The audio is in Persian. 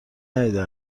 ندیده